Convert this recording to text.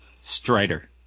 Strider